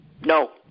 No